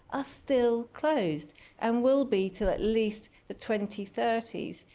are still closed and will be till at least the twenty thirty s.